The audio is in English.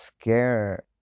scare